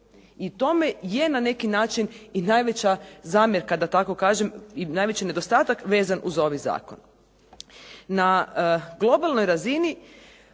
u tome je na neki način i najveća zamjerka, da tako kažem i najveći nedostatak vezan uz ovaj zakon. Na globalnoj razini